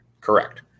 Correct